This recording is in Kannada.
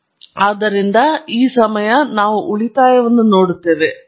ಆದ್ದರಿಂದ ಈ ಸಮಯ ನಾವು ಉಳಿತಾಯವನ್ನು ನೋಡುತ್ತೇವೆ ಹೌದು ಪ್ರವೃತ್ತಿಯು ಅಂತ್ಯಗೊಂಡಿತು